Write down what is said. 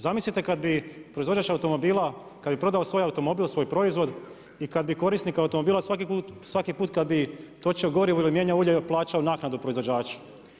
Zamislite kad bi proizvođač automobila kad bi prodao svoj automobil, svoj proizvod i kad bi korisnik automobila svaki put kad bi točio gorivo ili mijenjao ulje plaćao naknadu proizvođaču.